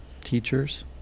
teachers